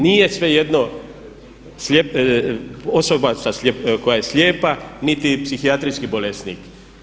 Nije svejedno osoba koja je slijepa, niti psihijatrijski bolesnik.